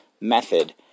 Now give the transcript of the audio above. method